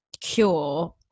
cure